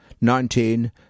Nineteen